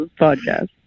podcast